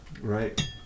Right